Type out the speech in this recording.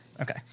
Okay